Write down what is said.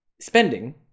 spending